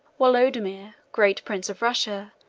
wolodomir, great prince of russia,